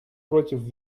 против